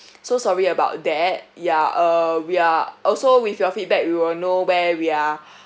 so sorry about that yeah uh we are also with your feedback we will know where we are